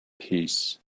peace